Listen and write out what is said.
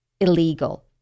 illegal